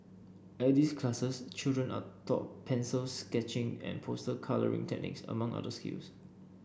at these classes children are taught pencil sketching and poster colouring techniques among other skills